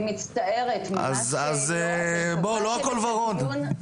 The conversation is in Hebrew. אז לא הכל ורוד.